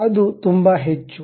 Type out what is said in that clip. ಅದು ತುಂಬಾ ಹೆಚ್ಚು